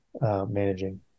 managing